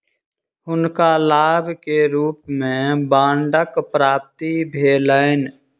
हुनका लाभ के रूप में बांडक प्राप्ति भेलैन